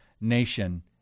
nation